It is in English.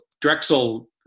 Drexel